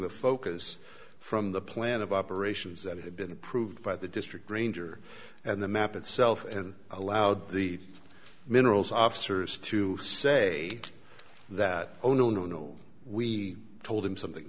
the focus from the plan of operations that had been approved by the district ranger and the map itself and allowed the minerals officers to say that only oh no no we told him something